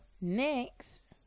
next